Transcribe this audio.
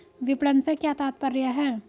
विपणन से क्या तात्पर्य है?